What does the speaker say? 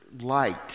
light